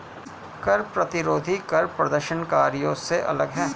कर प्रतिरोधी कर प्रदर्शनकारियों से अलग हैं